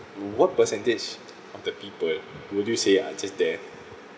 what percentage of the people would you say are just there